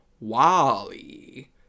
wally